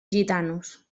gitanos